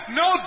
no